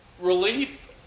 Relief